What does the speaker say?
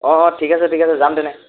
অঁ ঠিক আছে ঠিক আছে যাম তেনে